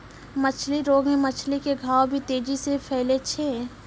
मछली रोग मे मछली के घाव भी तेजी से फैलै छै